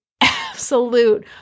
absolute